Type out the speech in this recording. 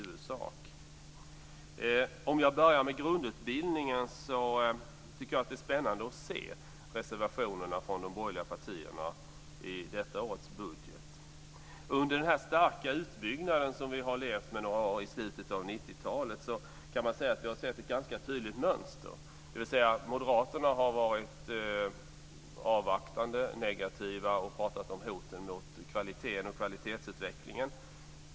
För att börja med grundutbildningen tycker jag att det är spännande att se reservationerna från de borgerliga partierna i fråga om detta års budget. Under den starka utbyggnad som vi har levt med några år i slutet av 90-talet har vi sett ett ganska tydligt mönster. Moderaterna har varit avvaktande och negativa och pratat om hoten mot kvaliteten och kvalitetsutvecklingen.